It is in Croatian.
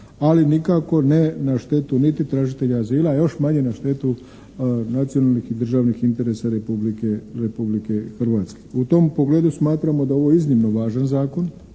ali nikako ne na štetu niti tražitelja azila, a još manje na štetu nacionalnih i državnih interesa Republike Hrvatske. U tom pogledu smatramo da je ovo je iznimno važan zakon,